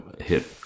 hit